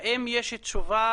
האם יש תשובה,